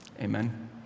amen